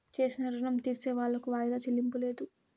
చేసిన రుణం తీర్సేవాళ్లకు వాయిదా చెల్లింపు లేదు